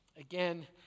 again